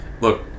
Look